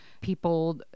people